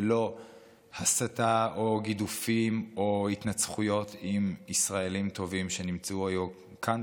ולא הסתה או גידופים או התנצחויות עם ישראלים טובים שנמצאו היום כאן,